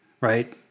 right